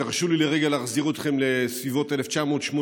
תרשו לי לרגע להחזיר אתכם לסביבות 1985-1984,